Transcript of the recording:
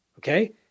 Okay